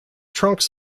trunks